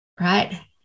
Right